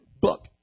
book